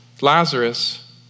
Lazarus